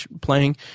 playing